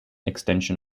extension